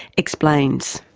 explains.